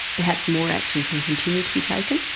perhaps more action can continue to be taken,